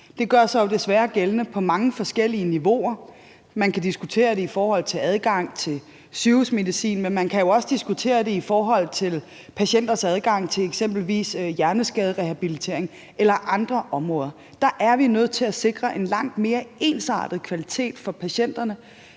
Det gør sig jo desværre gældende på mange forskellige niveauer. Man kan diskutere det i forhold til adgang til sygehusmedicin, men man kan jo også diskutere det i forhold til patienters adgang til eksempelvis hjerneskaderehabilitering eller andre områder. Der er vi nødt til at sikre en langt mere ensartet kvalitet for patienterne,